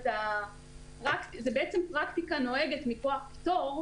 זאת בעצם פרקטיקה נוהגת מכוח פטור,